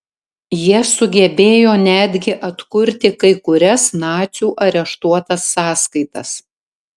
jie sugebėjo netgi atkurti kai kurias nacių areštuotas sąskaitas